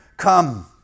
Come